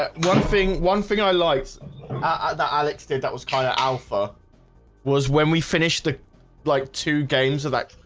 ah one thing one thing i like ah that alex did that was kind of alpha was when we finished the like two games of that